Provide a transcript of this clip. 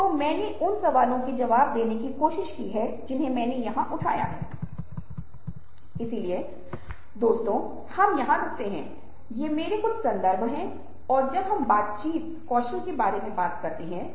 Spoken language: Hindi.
इसलिए मेरा मानना है कि आखिरी बात जो मैं आपके साथ साझा करूंगा वह यह है कि हम दुःख और सहानुभूति उदारता और सहानुभूति के साथ कुछ अध्ययन करेंगे